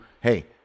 hey